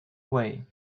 way